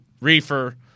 reefer